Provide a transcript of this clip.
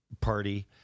Party